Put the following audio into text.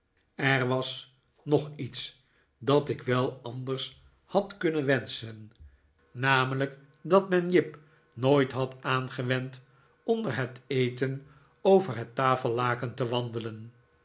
er was nog iets dat ik wel anders had kunnen wenschen namelijk dat men jip ons eerste diner nooit had aangewend onder het eten over het tafellaken te wandelen